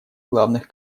главных